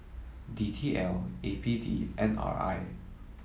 D T L A P D and R I